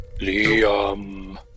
Liam